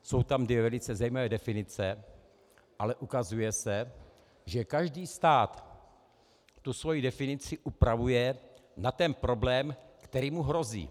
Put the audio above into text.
Jsou tam dvě velice zajímavé definice, ale ukazuje se, že každý stát svoji definici upravuje na ten problém, který mu hrozí.